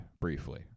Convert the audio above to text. briefly